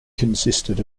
consisted